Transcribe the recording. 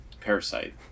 parasite